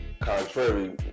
contrary